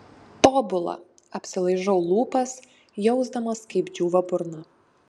tobula apsilaižau lūpas jausdamas kaip džiūva burna